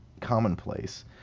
commonplace